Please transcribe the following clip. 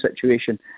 situation